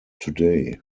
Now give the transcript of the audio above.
today